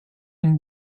une